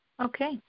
Okay